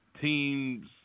teams